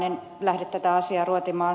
en lähde tätä asiaa ruotimaan